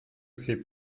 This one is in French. c’est